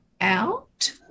out